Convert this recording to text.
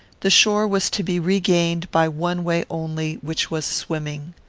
the shore was to be regained by one way only, which was swimming.